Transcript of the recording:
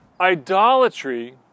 Idolatry